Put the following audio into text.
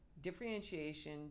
differentiation